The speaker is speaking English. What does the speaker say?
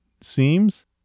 seems